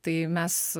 tai mes